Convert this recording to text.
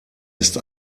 ist